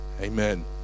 Amen